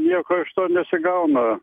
nieko iš to nesigauna